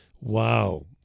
Wow